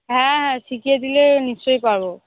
হ্যাঁ হ্যাঁ শিখিয়ে দিলে নিশ্চয়ই পারবো